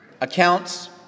accounts